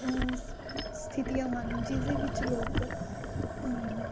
ਸਥਿਤੀਆਂ ਹਨ ਜਿਸ ਦੇ ਵਿੱਚ ਲੋਕ